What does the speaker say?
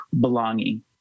belonging